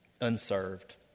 unserved